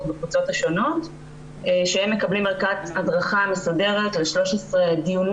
בקבוצות השונות שהם מקבלים ערכת הדרכה מסודרת על 13 דיונים